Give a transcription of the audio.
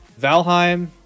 Valheim